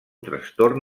trastorn